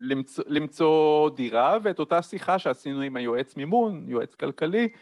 למצוא דירה ואת אותה שיחה שעשינו עם היועץ מימון, יועץ כלכלי